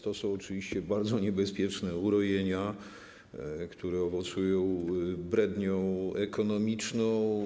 To są oczywiście bardzo niebezpieczne urojenia, które owocują brednią ekonomiczną.